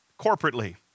corporately